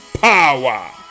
power